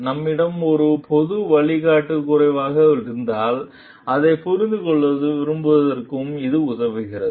நம்மிடம் ஒரு பொது வழிகாட்டி குறைவாக இருந்தால் அதைப் புரிந்துகொள்ள விரும்புவதற்கு இது உதவுகிறது